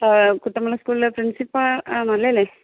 കുട്ടമ്മൽ സ്കൂളിലെ പ്രിൻസിപ്പാൾ ആണല്ലോ അല്ലേ